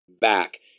back